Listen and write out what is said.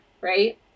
right